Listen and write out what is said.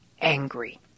angry